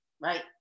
right